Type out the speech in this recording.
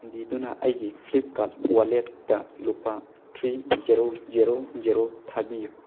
ꯆꯥꯟꯕꯤꯗꯨꯅ ꯑꯩꯒꯤ ꯐ꯭ꯂꯤꯞꯀꯥꯔꯠ ꯋꯥꯂꯦꯠꯇ ꯂꯨꯄꯥ ꯊ꯭ꯔꯤ ꯖꯦꯔꯣ ꯖꯦꯔꯣ ꯖꯦꯔꯣ ꯊꯥꯕꯤꯌꯨ